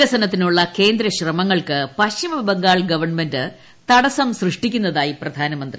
വികസനത്തിനുള്ള കേന്ദ്ര ശ്രമങ്ങൾക്ക് പശ്ചിമ ബംഗാൾ ഗവൺമെന്റ് തടസം സൃഷ്ടിക്കുന്നതായി പ്രധാനമന്ത്രി